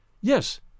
Yes